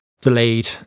delayed